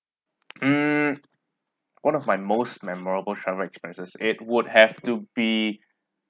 mm one of my most memorable travel experiences it would have to be